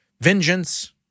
vengeance